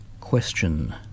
Question